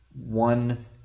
one